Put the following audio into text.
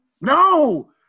No